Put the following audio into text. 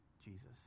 Jesus